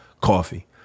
coffee